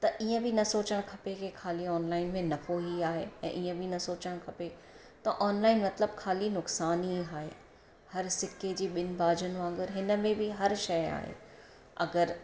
त ईअं बि न सोचणु खपे की ख़ाली ऑनलाइन में नफ़ो ई आहे ऐं ईअं बि न सोचणु खपे त ऑनलाइन मतलबु ख़ाली नुक़सानु ई आहे हर सिके जी ॿिनि बाजुनि वांगुरु हिनमें बि हर शइ आहे अगरि